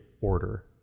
order